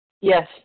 Yes